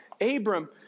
Abram